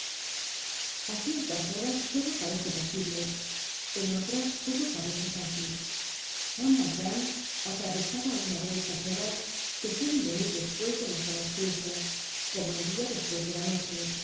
curso aciertas horas todo parece posible en otras todo parece fácil juan valjean atravesaba una de estas horas que suelen venir despues de las horas tristes como el dia despues de la noche